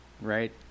right